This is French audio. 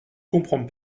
comprends